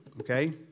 Okay